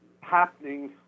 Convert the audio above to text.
happening